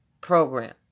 program